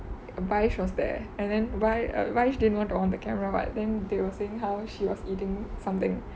vaish was there and then vai~ vaish didn't want to on the camera then they were saying how she was eating something